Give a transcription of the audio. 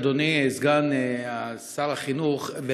אדוני סגן שר החינוך,